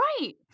right